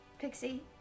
Pixie